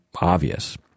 obvious